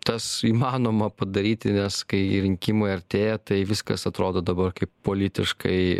tas įmanoma padaryti nes kai rinkimai artėja tai viskas atrodo dabar kaip politiškai